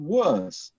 worse